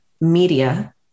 media